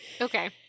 Okay